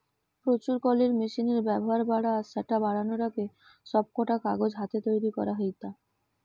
প্রচুর কলের মেশিনের ব্যাভার বাড়া আর স্যাটা বারানার আগে, সব কাগজ হাতে তৈরি করা হেইতা